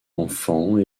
enfants